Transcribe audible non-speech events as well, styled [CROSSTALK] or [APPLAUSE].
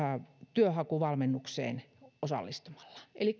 työnhakuvalmennukseen osallistumalla eli [UNINTELLIGIBLE]